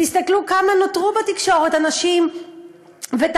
תסתכלו כמה נותרו בתקשורת אנשים ותחקירים,